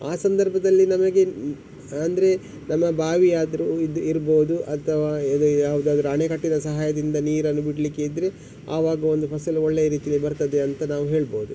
ಆ ಸಂದರ್ಭದಲ್ಲಿ ನಮಗೆ ಅಂದರೆ ನಮ್ಮ ಬಾವಿಯಾದರೂ ಇದು ಇರ್ಬೋದು ಅಥವಾ ಇದು ಯಾವುದಾದರೂ ಅಣೆಕಟ್ಟಿನ ಸಹಾಯದಿಂದ ನೀರನ್ನು ಬಿಡಲಿಕ್ಕೆ ಇದ್ದರೆ ಆವಾಗ ಒಂದು ಫಸಲು ಒಳ್ಳೆ ರೀತಿಯಲ್ಲಿ ಬರ್ತದೆ ಅಂತ ನಾವು ಹೇಳ್ಬೋದು